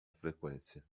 frequência